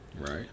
Right